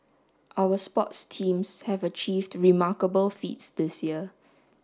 our sports teams have achieved remarkable feats this year